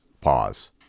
pause